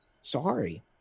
sorry